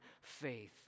faith